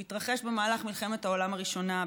הוא התרחש במהלך מלחמת העולם הראשונה,